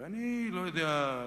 אני לא יודע,